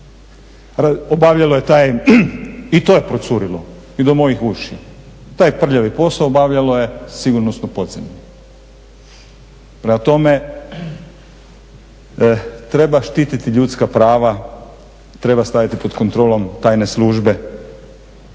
obavljalo je taj, i to je procurilo i do mojih ušiju, taj prljavi posao obavljalo je sigurnosno podzemlje, prema tome treba štititi ljudska prava, treba staviti pod kontrolom tajne službe,